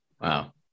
Wow